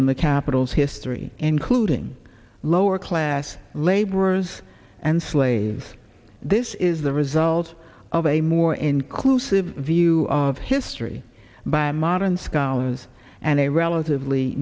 in the capital's history including lower class laborers and slaves this is the result of a more inclusive view of history by modern scholars and a relatively